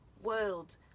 world